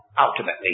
ultimately